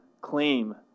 claim